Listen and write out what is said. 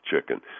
chicken